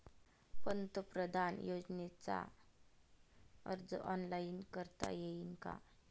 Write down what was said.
पंतप्रधान योजनेचा अर्ज ऑनलाईन करता येईन का?